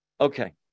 okay